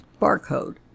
barcode